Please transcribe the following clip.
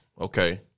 Okay